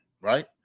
right